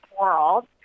world